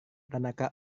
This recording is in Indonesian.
tanaka